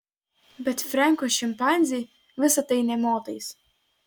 bet frenko šimpanzei visa tai nė motais